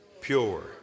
pure